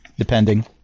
depending